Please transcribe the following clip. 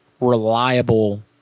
reliable